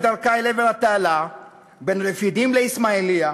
דרכה אל עבר התעלה בין רפידים לאיסמעיליה,